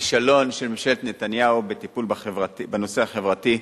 הכישלון של ממשלת נתניהו בטיפול בנושא החברתי.